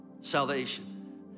salvation